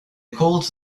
called